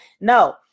no